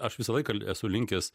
aš visą laiką esu linkęs